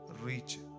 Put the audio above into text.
reach